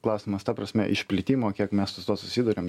klausimas ta prasme išplitimo kiek mes su tuo susiduriam